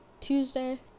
Tuesday